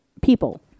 people